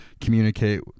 communicate